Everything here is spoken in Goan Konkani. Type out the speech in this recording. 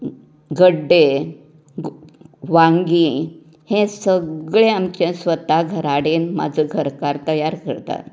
गड्डे वांगी हे सगळें आमचे स्वताक घरा कडेन म्हाजो घरकार तयार करता